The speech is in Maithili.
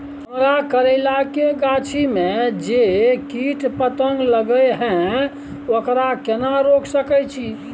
हमरा करैला के गाछी में जै कीट पतंग लगे हैं ओकरा केना रोक सके छी?